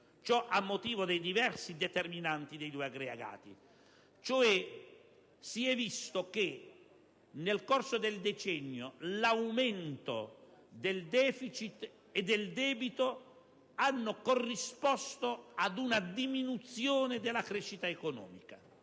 a motivo dei diversi determinanti dei due aggregati: si è cioè visto che nel corso del decennio all'aumento del *deficit* e del debito è corrisposta una diminuzione della crescita economica.